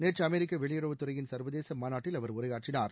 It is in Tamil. நேற்று அமெரிக்க வெளியுறவுத்துறையின் சர்வதேச மாநாட்டில் அவர் உரையாற்றினார்